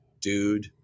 dude